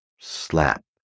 slap